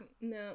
No